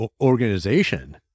organization